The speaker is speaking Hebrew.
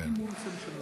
אתה מקבל את זה?